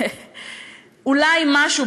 אולי משהו,